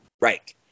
Right